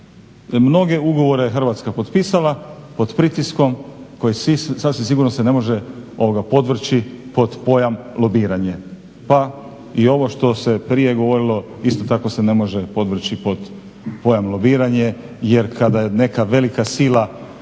Mnoge ugovore je Hrvatska potpisala pod pritiskom koji sasvim sigurno se ne može podvrći pod pojam lobiranje pa i ovo što se prije govorilo isto tako se ne može podvrći pod pojam lobiranje. Jer kada neka velika sila